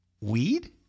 weed